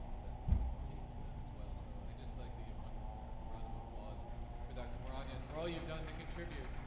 that you gave to them as well so i'd just like to give one round of applause for dr. mouradian for all you've done to contribute.